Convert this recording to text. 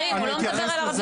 הוא לא מדברים על ערבים-יהודים.